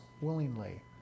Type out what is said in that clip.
willingly